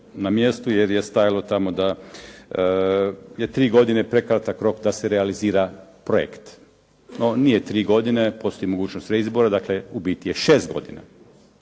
na mjestu jer je stajalo tamo da je tri godine prekratak rok, da se realizira projekt. Ni nije tri godine, postoji mogućnost reizbora, dakle ubiti je 6 godina